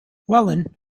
whelan